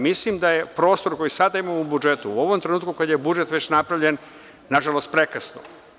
Mislim, da prostor koji sada imamo u budžetu, u ovom trenutku kada je budžet već napravljen, nažalost, prekasno.